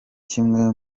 kimwe